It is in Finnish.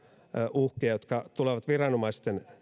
uhkia jotka tulevat viranomaisten